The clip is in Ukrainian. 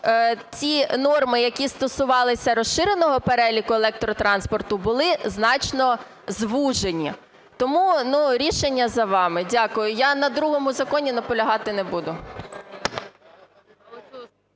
того ж ці норми, які стосувалися розширеного переліку електротранспорту, були значно звужені. Тому рішення за вами. Дякую. Я на другому законі наполягати не буду.